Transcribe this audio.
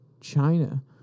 China